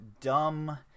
dumb